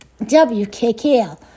WKKL